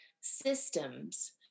systems